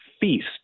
feast